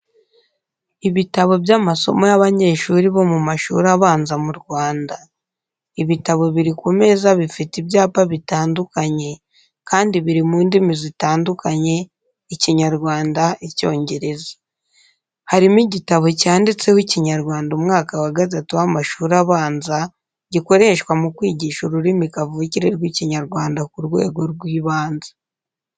Ibitabo by’amasomo y’abanyeshuri bo mu mashuri abanza mu Rwanda. Ibitabo biri ku meza bifite ibyapa bitandukanye kandi biri mu ndimi zitandukanye Ikinyarwanda, Icyongereza. Harimo igitabo cyanditseho Ikinyarwanda umwaka wa gatatu w'amashuri abanza gikoreshwa mu kwigisha ururimi kavukire rw’Ikinyarwanda ku rwego rw’ibanze.